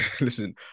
Listen